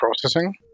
processing